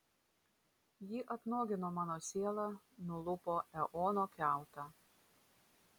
ji apnuogino mano sielą nulupo eono kiautą